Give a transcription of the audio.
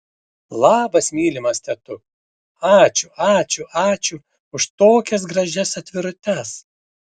labas mylimas tetuk ačiū ačiū ačiū už tokias gražias atvirutes